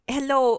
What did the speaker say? Hello